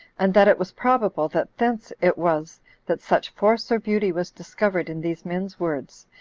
and that it was probable that thence it was that such force or beauty was discovered in these men's words,